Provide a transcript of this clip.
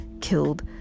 killed